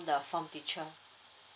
the form teacher